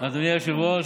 אדוני היושב-ראש,